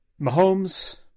Mahomes